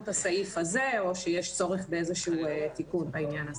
הסעיף הזה או שיש צורך בתיקון העניין הזה.